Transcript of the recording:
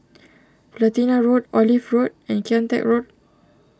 Platina Road Olive Road and Kian Teck Road